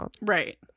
Right